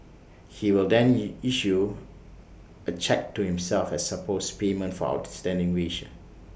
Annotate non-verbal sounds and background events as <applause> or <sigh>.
he will then <unintelligible> issue A cheque to himself as supposed payment for outstanding wages